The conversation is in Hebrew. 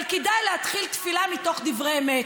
אבל כדאי להתחיל תפילה מתוך דברי אמת.